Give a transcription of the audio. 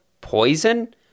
poison